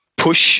push